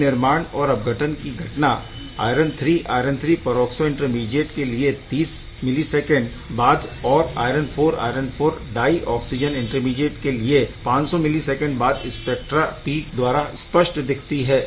यह निर्माण और अपघटन की घटना iron III iron III peroxo intermediate के लिए 30 मिलीसैकेन्ड बाद और iron IV iron IV dioxo intermediate के लिए 500 मिलीसैकेन्ड बाद स्पेक्ट्रा पीक द्वारा स्पष्ट दिखती है